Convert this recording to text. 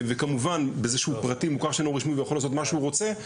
וכמובן באיזשהו פרטי מוכר שאינו רשמי ויכול לעשות מה שהוא רוצה,